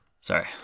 Sorry